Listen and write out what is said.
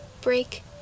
break